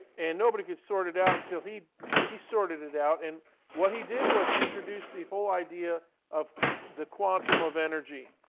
and nobody could sort it out until he he sorted it out. and what he did was he introduced the whole idea of the quantum of energy.